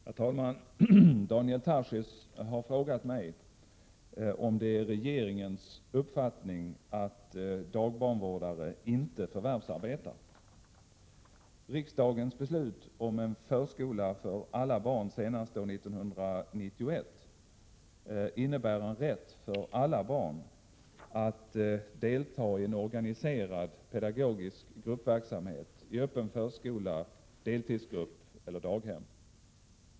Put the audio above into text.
Herr talman! Daniel Tarschys har frågat mig om det är regeringens uppfattning att dagbarnvårdare inte förvärvsarbetar. Riksdagens beslut om en förskola för alla barn senast år 1991 innebär en rätt för alla barn att delta i en organiserad pedagogisk gruppverksamhet i öppen förskola, deltidsförskola eller daghem.